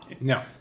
No